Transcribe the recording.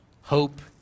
Hope